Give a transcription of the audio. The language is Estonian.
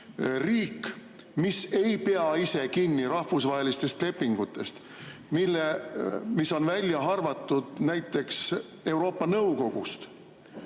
Riik, mis ei pea ise kinni rahvusvahelistest lepingutest, mis on välja arvatud näiteks Euroopa Nõukogust,